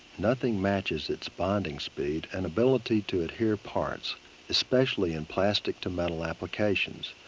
nothing matches its bonding speed and ability to adhere parts especially in plastic to metal applications.